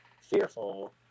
fearful